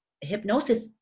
hypnosis